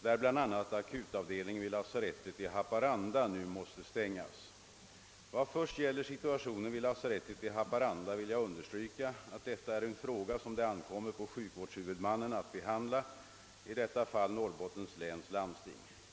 där bl.a. akutavdelningen vid lasarettet i Haparanda nu måste stängas. Vad först gäller situationen vid lasarettet i Haparanda vill jag understryka att detta är en fråga som det ankommer på sjukvårdshuvudmannen att behandla, i detta fall Norrbottens läns landsting.